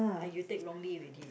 ah you take wrongly already